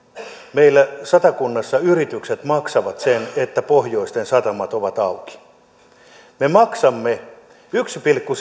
meillä satakunnassa yritykset maksavat sen että pohjoisen satamat ovat auki me maksamme yksi pilkku